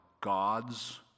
God's